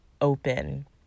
open